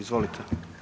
Izvolite.